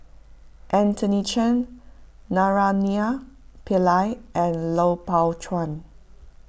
Anthony Chen Naraina Pillai and Lui Pao Chuen